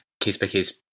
case-by-case